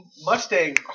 Mustang